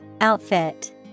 Outfit